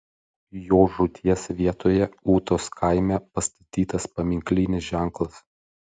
jo žūties vietoje ūtos kaime pastatytas paminklinis ženklas